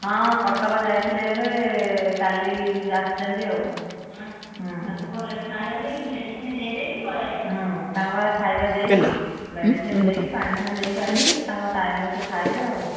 ହଁ କଟକ ଯାଇଥିଲେ ଏବେ କାଲି ଆସିଛନ୍ତି ଆଉ ହଁ ତାଙ୍କୁ ଆଗେ ଖାଇବା ଦେଇକି ମେଡ଼ିସିନ ଦେଇକି ପାଣି ଫାଣି ଦେଇକି ଆସିବି ତାଙ୍କ ଟାଇମ ରେ ସିଏ ଖାଇବେ ଆଉ